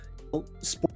sports